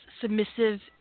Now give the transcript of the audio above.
submissive